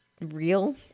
real